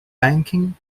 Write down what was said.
banking